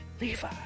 Levi